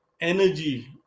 energy